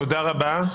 תודה רבה.